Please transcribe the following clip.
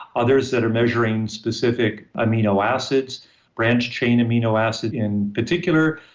others that are measuring specific amino acids branched-chain amino acid in particular,